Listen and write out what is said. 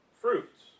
fruits